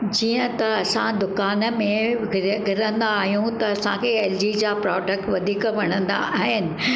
जीअं त असां दुकानु में घिरंदा आहियूं त असांखे एलजी जा प्रोडक्ट वधीक वणंदा आहिनि